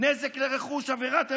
נזק לרכוש, עברות אלימות,